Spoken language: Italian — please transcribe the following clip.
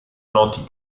noti